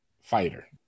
fighter